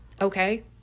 okay